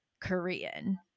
korean